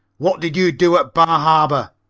what did you do at bar harbor?